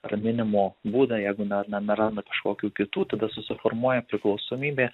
raminimo būdą jeigu ne ne neranda kažkokių kitų tada susiformuoja priklausomybė